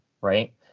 Right